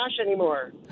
anymore